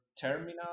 terminal